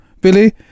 Billy